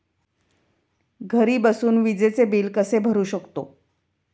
घरी बसून विजेचे बिल कसे भरू शकतो?